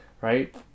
right